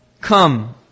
Come